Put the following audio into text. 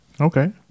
Okay